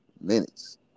minutes